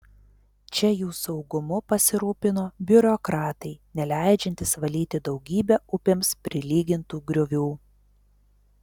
čia jų saugumu pasirūpino biurokratai neleidžiantys valyti daugybę upėms prilygintų griovių